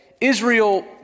Israel